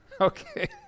Okay